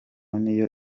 niyo